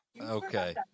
Okay